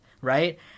right